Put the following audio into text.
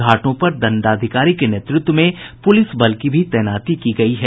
घाटों पर दंडाधिकारी के नेतृत्व में पुलिस बल की भी तैनाती की गयी है